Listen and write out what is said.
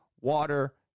water